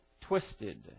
twisted